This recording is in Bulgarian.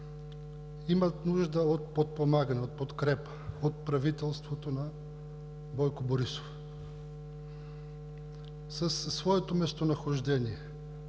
Имат нужда от подпомагане, от подкрепа от правителството на Бойко Борисов. Със своето местонахождение